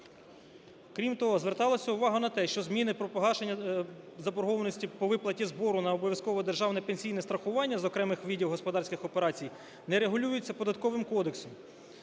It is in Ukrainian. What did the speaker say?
Крім того, зверталася увага на те, що зміни про погашення заборгованості по виплаті збору на обов'язкове державне пенсійне страхування з окремих видів господарських операцій не регулюється Податковим кодексом.